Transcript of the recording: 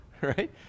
right